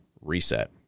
reset